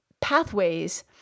pathways